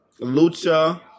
Lucha